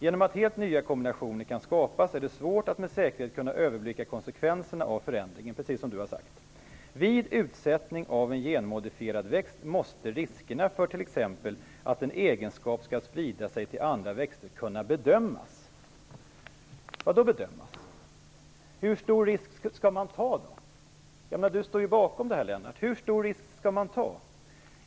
Genom att helt nya kombinationer kan skapas är det svårt att med säkerhet kunna överblicka konsekvenserna av förändringen." Det är precis vad Lennart Daléus har sagt. "Vid utsättning av en genmodifierad växt måste riskerna för t.ex. att en egenskap skall sprida sig till andra växter kunna bedömas." Vad då bedömas? Hur stor risk skall man ta? Lennart Daléus står ju bakom det här. Därför undrar jag: Hur stor risk skall man ta?